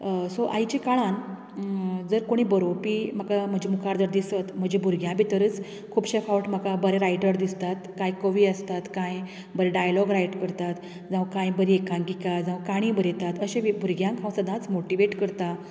so आयचें काळांत जर कोणूय बरोवपी म्हाका म्हजे मुखार जर दिसत म्हजे भुरग्यां भितरच खुबशें फावट म्हाका बरें रायटर दिसतात कांय कवी आसतात कांय बरें डायलॉग रायट करतात जावं कांय बरी एकांकीका जावं काणी बरयतात अशें बी भुरग्यांक हांव सदांच मोटीवेट करतां